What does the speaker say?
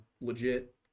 legit